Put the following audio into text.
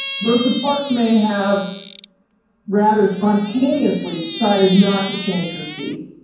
rosa parks may have rather spontaneously decided not to change her seat,